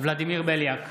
ולדימיר בליאק,